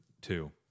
two